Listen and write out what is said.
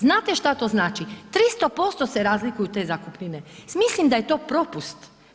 Znate šta to znači, 300% se razlikuju te zakupnine, mislim da je to propust.